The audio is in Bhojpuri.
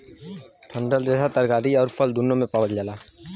डंठल रेसा तरकारी आउर फल दून्नो में पावल जाला